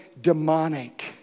demonic